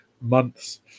months